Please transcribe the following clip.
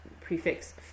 prefix